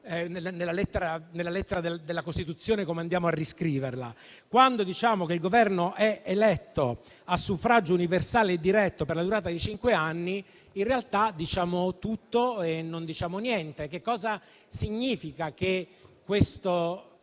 nel testo della Costituzione, così come è stato riscritto. Quando diciamo che il Governo è eletto a suffragio universale e diretto per la durata di cinque anni, in realtà diciamo tutto e non diciamo niente. Cosa significa che il